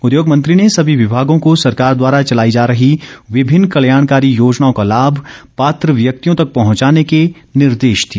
उद्योग मंत्री ने सभी विभागों को सरकार द्वारा चलाई जा रही विभिन्न कल्याणकारी योजनाओं का लाभ पात्र व्यक्तियों तक पहुंचाने के निर्देश दिए